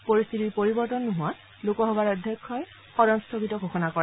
পৰিশ্থিতিৰ পৰিৱৰ্তন নোহোৱাত লোকসভাৰ অধ্যক্ষই সদন স্বগিত ঘোষণা কৰে